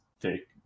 take